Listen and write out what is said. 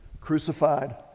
crucified